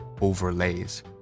overlays